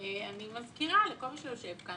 אני מזכירה לכל מי שיושב כאן,